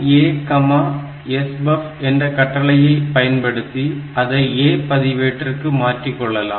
MOV ASBUF என்ற கட்டளையை பயன்படுத்தி அதை A பதிவேட்டிற்கு மாற்றிக்கொள்ளலாம்